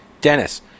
Dennis